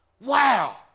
Wow